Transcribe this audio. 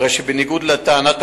הרי שבניגוד לטענתך,